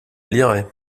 lirait